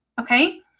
okay